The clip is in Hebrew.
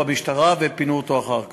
והם פינו אותו אחר כך.